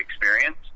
experience